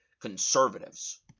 conservatives